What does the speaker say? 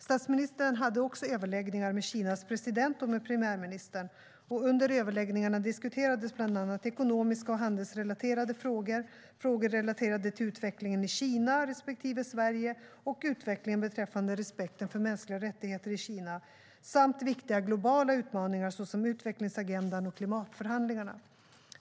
Statsministern hade också överläggningar med Kinas president och med premiärministern. Under överläggningarna diskuterades bland annat ekonomiska och handelsrelaterade frågor, frågor relaterade till utvecklingen i Kina respektive Sverige och utvecklingen beträffande respekten för mänskliga rättigheter i Kina samt viktiga globala utmaningar, såsom utvecklingsagendan och klimatförhandlingarna.